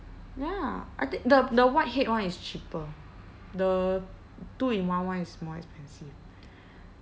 ya I thi~ the the whitehead one is cheaper the two in one one is more expensive